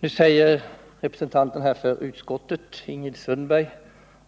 Nu säger representanten för utskottet, Ingrid Sundberg,